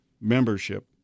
membership